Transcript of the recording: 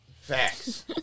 Facts